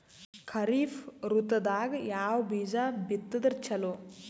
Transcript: ಖರೀಫ್ ಋತದಾಗ ಯಾವ ಬೀಜ ಬಿತ್ತದರ ಚಲೋ?